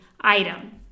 item